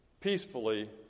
peacefully